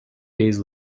days